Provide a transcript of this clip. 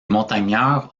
montagnards